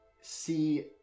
see